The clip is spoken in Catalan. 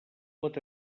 pot